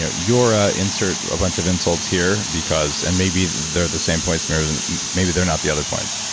ah you're a insert a bunch of insults here, because and maybe they're the same point, and but and maybe they're not the other point.